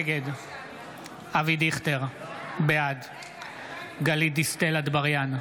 נגד אבי דיכטר, בעד גלית דיסטל אטבריאן,